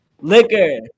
Liquor